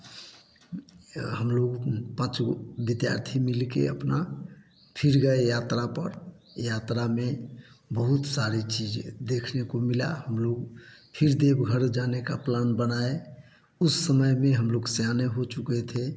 हम लोग पाँच गो विद्यार्थी मिलकर अपना फिर गए यात्रा पर यात्रा में बहुत सारी चीज़ें देखने को मिली हम लोग फिर देवघर जाने का प्लान बनाए उस समय में हम लोग सयाने हो चुके थे